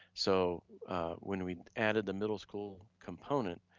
so when we added the middle school component,